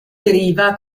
deriva